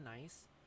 nice